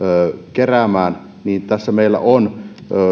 keräämään tässä meillä on